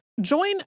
Join